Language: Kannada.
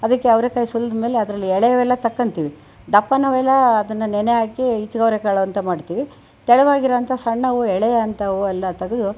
ಅದಕ್ಕೆ ಅವರೆಕಾಯಿ ಸುಲಿದ ಮೇಲೆ ಅದರಲ್ಲಿ ಎಳೆವೆಲ್ಲ ತಗೊಂತೀವಿ ದಪ್ಪನವೆಲ್ಲ ಅದನ್ನು ನೆನೆಹಾಕಿ ಹಿಚಕವರೆ ಕಾಳು ಅಂತ ಮಾಡ್ತೀವಿ ತೆಳುವಾಗಿ ಇರೋ ಅಂಥ ಸಣ್ಣವು ಎಳೇವಂಥವೆಲ್ಲ ತೆಗೆದು